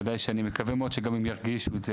וודאי שאני מקווה שהם ירגישו את זה,